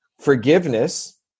forgiveness